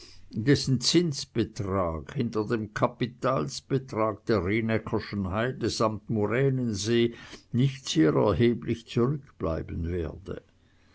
dessen zinsbetrag hinter dem kapitalsbetrag der rienäckerschen heide samt muränensee nicht sehr erheblich zurückbleiben werde